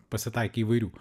pasitaikė įvairių